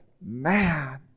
man